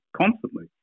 constantly